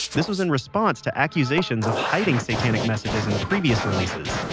this was in response to accusations of hiding satanic messages in previous releases.